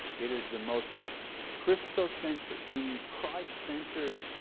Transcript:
it is the most christocentric, meaning christ centered.